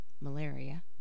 malaria